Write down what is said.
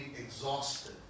exhausted